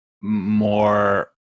more